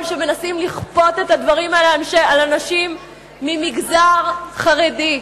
שמנסים לכפות את הדברים על אנשים ממגזר חרדי.